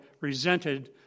resented